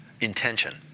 intention